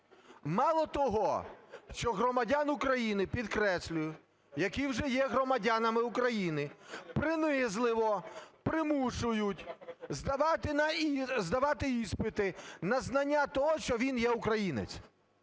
Мало того, що громадян України, підкреслюю, які вже є громадянами України, принизливо примушують здавати іспити на знання того, що він є українець,